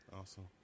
Awesome